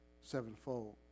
Sevenfold